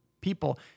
people